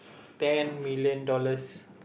ten million dollars